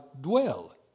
dwell